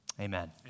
Amen